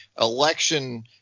election